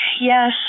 Yes